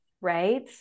right